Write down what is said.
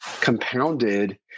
compounded